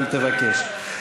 אל תבקש.